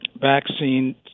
vaccine